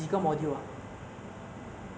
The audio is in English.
including ah sub-modules